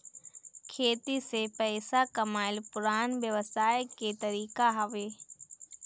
खेती से पइसा कमाइल पुरान व्यवसाय के तरीका हवे